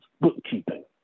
bookkeeping